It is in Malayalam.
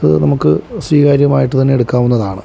അത് നമുക്ക് സ്വീകാര്യമായിട്ട് തന്നെ എടുക്കാവുന്നതാണ്